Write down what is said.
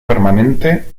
permanente